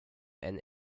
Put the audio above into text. and